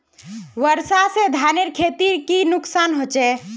वर्षा से धानेर खेतीर की नुकसान होचे?